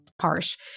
Harsh